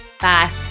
bye